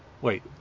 Wait